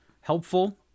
helpful